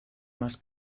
más